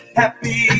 happy